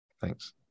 Thanks